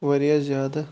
واریاہ زیادٕ